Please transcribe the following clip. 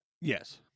Yes